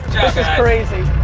crazy.